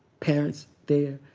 parents there,